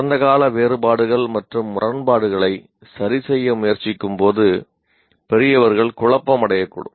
கடந்த கால வேறுபாடுகள் மற்றும் முரண்பாடுகளை சரிசெய்ய முயற்சிக்கும்போது பெரியவர்கள் குழப்பமடையக்கூடும்